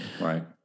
Right